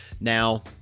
Now